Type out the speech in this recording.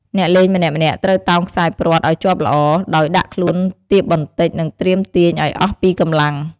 អ្នកលេងម្នាក់ៗត្រូវតោងខ្សែព្រ័ត្រឱ្យជាប់ល្អ ដោយដាក់ខ្លួនទាបបន្តិច និងត្រៀមទាញឱ្យអស់ពីកម្លាំង។